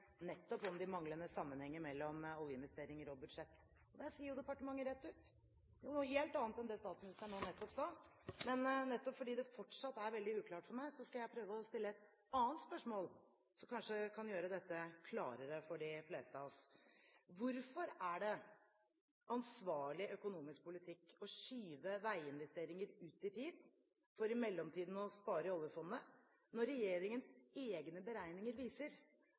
nettopp om de manglende sammenhenger mellom oljeinvesteringer og budsjett. Der sier departementet dette rett ut. Det er noe helt annet enn det statsministeren nettopp sa. Men fordi dette fortsatt er litt uklart for meg, skal jeg stille et annet spørsmål som kanskje kan gjøre dette klarere for de fleste av oss. Hvorfor er det ansvarlig økonomisk politikk å skyve veiinvesteringer ut i tid, for i mellomtiden å spare i oljefondet, når regjeringens egne beregninger viser